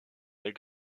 avec